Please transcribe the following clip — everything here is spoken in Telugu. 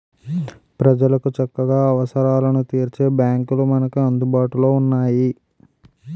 ప్రజలకు చక్కగా అవసరాలను తీర్చే బాంకులు మనకు అందుబాటులో ఉన్నాయి